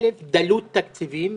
א', דלות תקציבים,